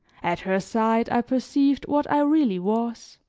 at her side i perceived what i really was.